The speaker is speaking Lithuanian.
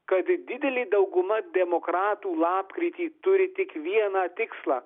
kad didelė dauguma demokratų lapkritį turi tik vieną tikslą